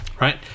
right